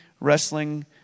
wrestling